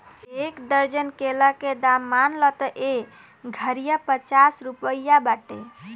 एक दर्जन केला के दाम मान ल त एह घारिया पचास रुपइआ बाटे